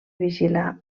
vigilar